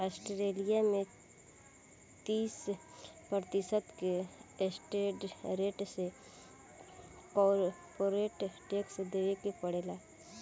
Australia में तीस प्रतिशत के स्टैंडर्ड रेट से कॉरपोरेट टैक्स देबे के पड़ेला